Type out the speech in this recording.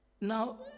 Now